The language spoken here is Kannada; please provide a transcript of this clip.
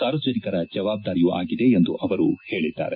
ಸಾರ್ವಜನಿಕರ ಜವಾಬ್ದಾರಿಯೂ ಆಗಿದೆ ಎಂದು ಅವರು ಹೇಳಿದ್ದಾರೆ